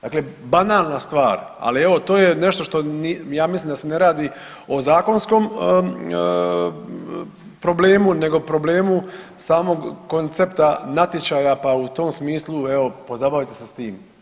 Dakle banalna stvar, ali evo to je nešto što ja mislim da se ne radi o zakonskom problemu nego problemu samog koncepta natječaja, pa u tom smislu evo pozabavite se s tim.